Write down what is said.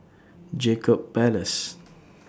Jacob Ballas